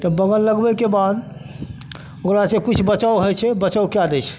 तऽ बगल लगबैके बाद ओकरा जे किछु बचाव होइ छै बचाव कै दै छै